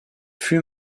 fut